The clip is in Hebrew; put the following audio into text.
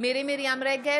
מירי מרים רגב,